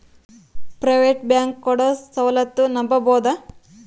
Private bank ಕೊಡೊ ಸೌಲತ್ತು ನಂಬಬೋದ?